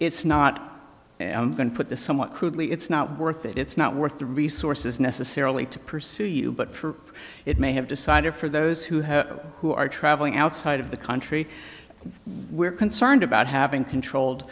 it's not going to put the somewhat crudely it's not worth it it's not worth the resources necessarily to pursue you but for it may have decided for those who have who are traveling outside of the country we're concerned about having controlled